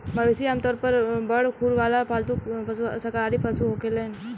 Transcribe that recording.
मवेशी आमतौर पर बड़ खुर वाला पालतू शाकाहारी पशु होलेलेन